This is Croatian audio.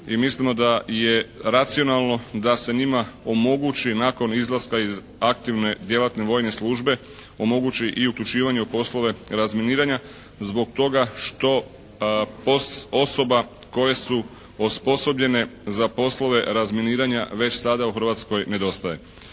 mislimo da je racionalno da se njima omogući nakon izlaska iz aktivne djelatne vojne službe, omogući i uključivanje u poslove razminiranja, zbog toga što osobe koje su osposobljene za poslove razminiranja već sada u Hrvatskoj nedostaje.